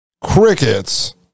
crickets